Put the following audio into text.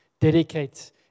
dedicate